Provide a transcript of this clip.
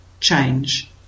change